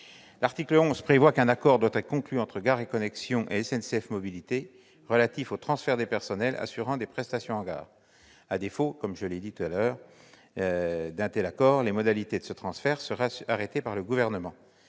l'article 11 prévoit qu'un accord doit être conclu entre Gares & Connexions et SNCF Mobilités, relatif au transfert des personnels assurant des prestations en gare. À défaut d'un tel accord, comme je l'ai dit tout à l'heure, les modalités de ce transfert seraient arrêtées par le Gouvernement.